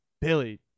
billy